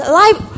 life